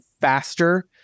faster